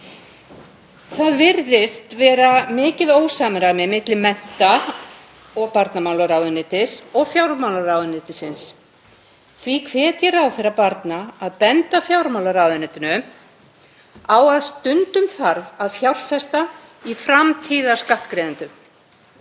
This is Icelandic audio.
Það virðist vera mikið ósamræmi milli mennta- og barnamálaráðuneytis og fjármálaráðuneytisins. Því hvet ég ráðherra barna að benda fjármálaráðuneytinu á að stundum þarf að fjárfesta í framtíðarskattgreiðendum.